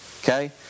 Okay